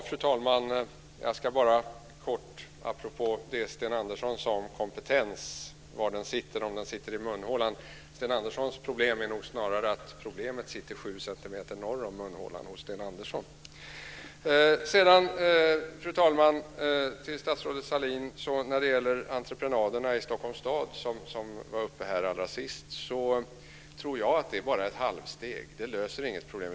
Fru talman! Jag ska bara kort kommentera det Sten Andersson sade om huruvida kompetensen sitter i munhålan eller inte. Problemet sitter nog snarare sju centimeter norr om munhålan hos Sten Andersson. Fru talman! Till statsrådet Sahlin vill jag när det gäller entreprenaderna i Stockholms stad, som var uppe allra sist, säga att jag tror att det bara är ett halvt steg. Det löser inga problem.